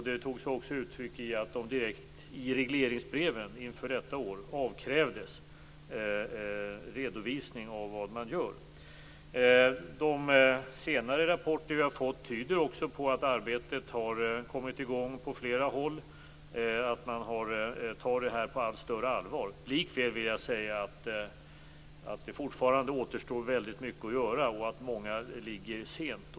Det tog sig också uttryck i att myndigheterna i regleringsbreven inför detta år direkt avkrävdes redovisning av vad de gör. De senare rapporter vi fått tyder också på att arbetet har kommit i gång på flera håll och att man tar detta på allt större allvar. Likväl vill jag säga att det fortfarande återstår väldigt mycket att göra och att många är sena.